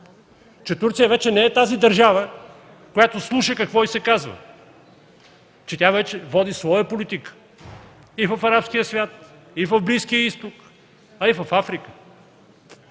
че Турция вече не е тази държава, която слуша какво й се казва, че тя вече води своя политика в арабския свят, в Близкия Изток, а и в Африка.